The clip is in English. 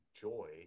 joy